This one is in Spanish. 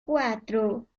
cuatro